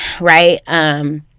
right